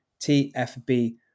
TFB